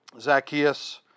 Zacchaeus